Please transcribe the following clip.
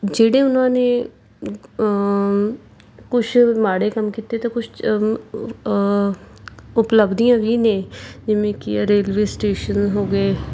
ਜਿਹੜੇ ਉਹਨਾਂ ਨੇ ਕੁਛ ਮਾੜੇ ਕੰਮ ਕੀਤੇ ਅਤੇ ਕੁਛ ਉਪਲਬਧੀਆਂ ਵੀ ਨੇ ਜਿਵੇਂ ਕਿ ਰੇਲਵੇ ਸਟੇਸ਼ਨ ਹੋ ਗਏ